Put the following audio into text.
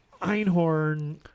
Einhorn